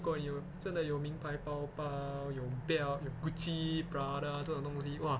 如果有真的有名牌包包有 belt 有 gucci prada 这种东西哇